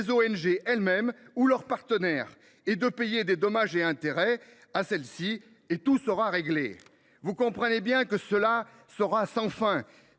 ONG elles mêmes ou leurs partenaires, et de payer des dommages et intérêts à celles ci, et tout sera réglé. On voit bien que cela sera sans fin…